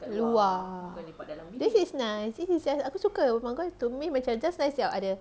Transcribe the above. luar this is nice this is just aku suka rumah kau to me macam just nice you ada